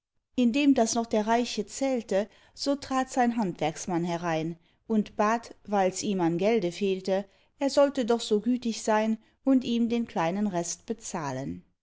indem daß noch der reiche zählte so trat sein handwerksmann herein und bat weils ihm an gelde fehlte er sollte doch so gütig sein und ihm den kleinen rest bezahlen